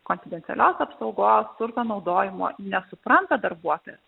konfidencialios apsaugos turto naudojimo nesupranta darbuotojas